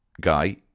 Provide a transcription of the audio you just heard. guy